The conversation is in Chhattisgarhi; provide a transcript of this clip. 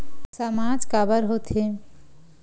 सामाज काबर हो थे?